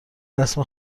رسم